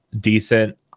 decent